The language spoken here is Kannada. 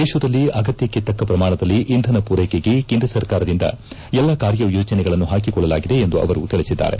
ದೇಶದಲ್ಲಿ ಅಗತ್ಯಕ್ಷೆ ತಕ್ಷ ಪ್ರಮಾಣದಲ್ಲಿ ಇಂಧನ ಮೂರ್ಲೆಕೆಗೆ ಕೇಂದ್ರ ಸರ್ಕಾರದಿಂದ ಎಲ್ಲ ಕಾರ್ಯಯೋಜನಗಳನ್ನು ಪಾಕಿಕೊಳ್ಳಲಾಗಿದೆ ಎಂದು ಆವರು ತಿಳಿಸಿದ್ದಾರೆ